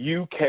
UK